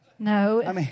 No